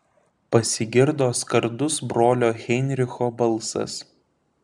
pasigirdo skardus brolio heinricho balsas